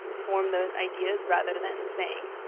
form those ideas rather than saying,